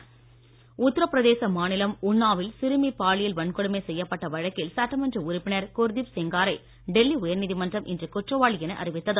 குர்தீப் செங்கார் உத்தரபிரதேச மாநிலம் உன்னாவில் சிறுமி பாலியல் வன்கொடுமை செய்யப்பட்ட வழக்கில் சட்டமன்ற உறுப்பினர் குர்தீப் செங்காரை டெல்லி உயர்நீதிமன்றம் இன்று குற்றவாளி என அறிவித்தது